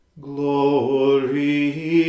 Glory